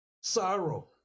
Sorrow